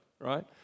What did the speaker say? right